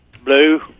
Blue